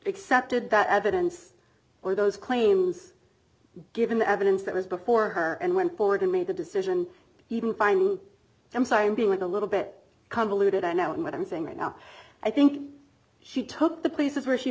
excepted that evidence or those claims given the evidence that was before her and went forward and made the decision even final i'm sorry i'm being a little bit convoluted i know what i'm saying right now i think she took the places where she